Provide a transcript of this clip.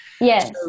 Yes